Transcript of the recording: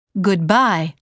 Goodbye